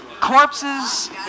corpses